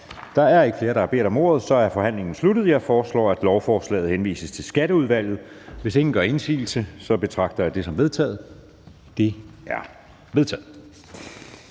Der er ikke flere, der har bedt om ordet, og så er forhandlingen sluttet. Jeg foreslår, at lovforslaget henvises til Skatteudvalget. Hvis ingen gør indsigelse, betragter jeg det som vedtaget. Det er vedtaget.